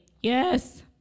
yes